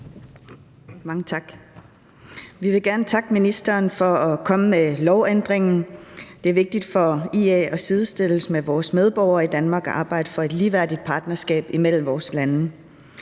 Mange tak. Vi vil gerne takke ministeren for at komme med forslaget til lovændringen. Det er vigtigt for IA, at grønlandske borgere sidestilles med vores medborgere i Danmark, og at arbejde for et ligeværdigt partnerskab imellem vores lande.